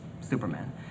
Superman